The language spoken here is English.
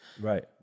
right